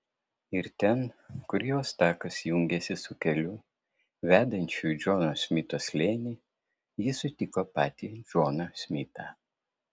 ir ten kur jos takas jungėsi su keliu vedančiu į džono smito slėnį ji sutiko patį džoną smitą